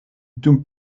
dum